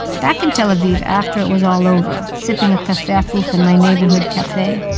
back in tel aviv, after it was all over, sipping a cafe hafuch in my neighborhood cafe,